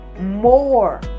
more